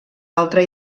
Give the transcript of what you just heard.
altre